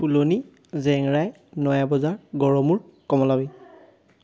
ফুলনি জেংৰাই নয়াবজাৰ গড়মুৰ কমলাবাৰী